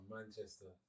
Manchester